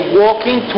walking